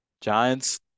Giants